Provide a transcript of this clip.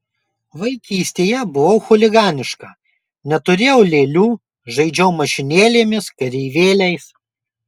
vaikystėje buvau chuliganiška neturėjau lėlių žaidžiau mašinėlėmis kareivėliais